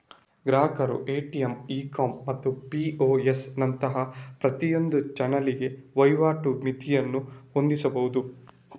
ಗ್ರಾಹಕರು ATM, e com ಮತ್ತು POS ನಂತಹ ಪ್ರತಿಯೊಂದು ಚಾನಲಿಗೆ ವಹಿವಾಟು ಮಿತಿಯನ್ನು ಹೊಂದಿಸಬಹುದು